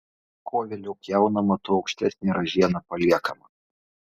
kuo vėliau pjaunama tuo aukštesnė ražiena paliekama